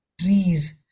trees